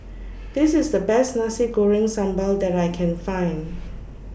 This IS The Best Nasi Goreng Sambal that I Can Find